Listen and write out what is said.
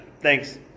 Thanks